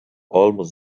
alma